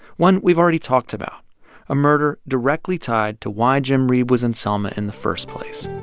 one we've already talked about a murder directly tied to why jim reeb was in selma in the first place